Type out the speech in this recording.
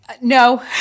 No